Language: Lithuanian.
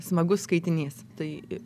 smagus skaitinys tai